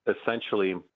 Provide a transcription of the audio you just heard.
essentially